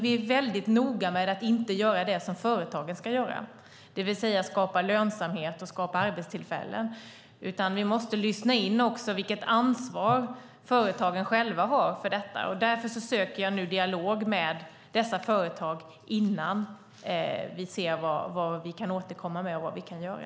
Vi är dock noga med att inte göra det som företagen ska göra, det vill säga skapa lönsamhet och arbetstillfällen. Vi måste lyssna in vilket ansvar företagen själva har, och därför söker jag nu dialog med dessa företag innan vi ser vad vi kan återkomma med och göra.